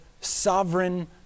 sovereign